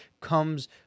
comes